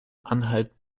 anhalt